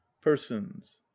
Persons